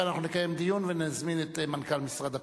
ואנחנו נקיים דיון ונזמין את מנכ"ל משרד הפנים.